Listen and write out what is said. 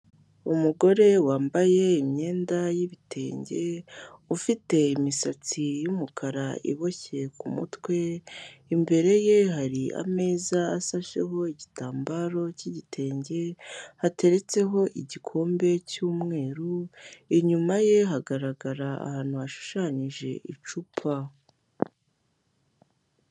Umugore wambaye imyenda y'ibitenge, ufite imisatsi y'umukara iboshye ku mutwe, imbere ye hari ameza asasheho igitambaro cy'igitenge, hateretseho igikombe cy'umweru, inyuma ye hagarara ahantu hashushanyije icupa.